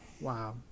Wow